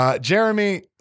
Jeremy